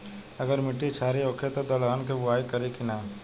अगर मिट्टी क्षारीय होखे त दलहन के बुआई करी की न?